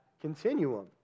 continuum